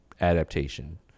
adaptation